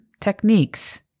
techniques